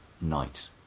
night